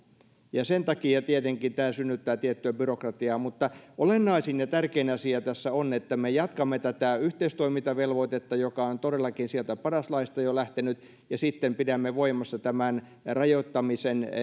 ja sen takia tietenkin tämä synnyttää tiettyä byrokratiaa mutta olennaisin ja tärkein asia tässä on että me jatkamme tätä yhteistoimintavelvoitetta joka on todellakin sieltä paras laista jo lähtenyt ja sitten pidämme voimassa tämän rajoittamisen